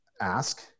ask